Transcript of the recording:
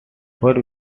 four